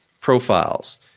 profiles